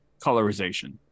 colorization